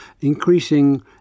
increasing